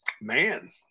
man